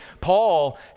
Paul